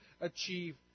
achieve